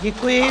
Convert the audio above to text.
Děkuji.